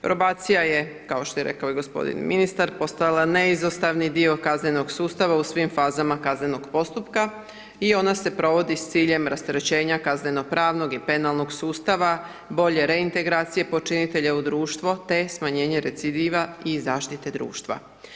Probacija je, kao što je rekao i g. ministar, postala neizostavni dio kaznenog sustava u svim fazama kaznenog postupka i ona se provodi s ciljem rasterećenja kazneno pravnog i penalnog sustava, bolje reintegracije počinitelja u društvo, te smanjenje recidiva i zaštite društva.